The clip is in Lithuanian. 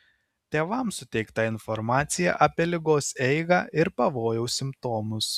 tėvams suteikta informacija apie ligos eigą ir pavojaus simptomus